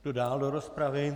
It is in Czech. Kdo dál do rozpravy?